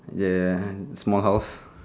ya and small house